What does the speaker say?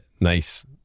nice